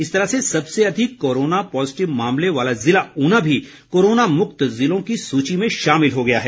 इस तरह से सबसे अधिक कोरोना पॉज़िटिव मामले वाला ज़िला ऊना भी कोरोना मुक्त ज़िलों की सूची में शामिल हो गया है